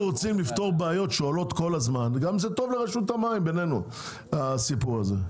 לפתור בעיות שעולות כל הזמן וגם זה טוב לרשות המים הסיפור הזה.